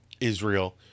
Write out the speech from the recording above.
israel